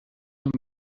amb